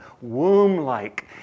womb-like